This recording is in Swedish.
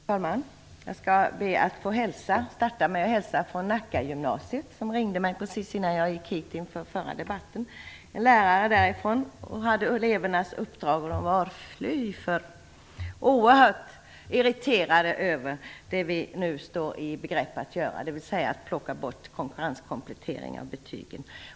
Herr talman! Jag skall be att få starta med att hälsa från Nackagymnasiet, varifrån man ringde mig precis innan jag gick hit inför förra debatten. En lärare därifrån hade elevernas uppdrag att ringa mig. De var oerhört irriterade över det vi nu står i begrepp att göra, dvs. att plocka bort konkurrenskomplettering av betygen.